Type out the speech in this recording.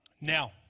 Now